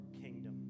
kingdom